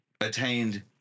attained